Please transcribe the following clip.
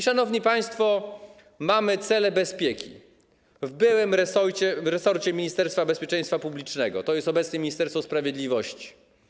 Szanowni państwo, mamy „Cele bezpieki” w byłym resorcie Ministerstwa Bezpieczeństwa Publicznego - to jest obecnie Ministerstwo Sprawiedliwości.